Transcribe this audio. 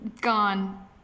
Gone